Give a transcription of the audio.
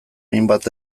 hainbat